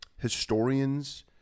Historians